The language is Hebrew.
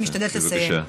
בבקשה.